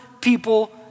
people